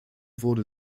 wurde